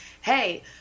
Hey